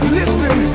listen